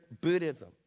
buddhism